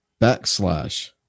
backslash